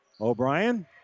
O'Brien